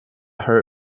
her